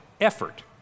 effort